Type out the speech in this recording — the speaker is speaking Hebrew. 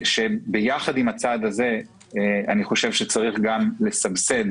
ביחד עם הצעד הזה אני חושב שצריך גם לסבסד